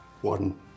one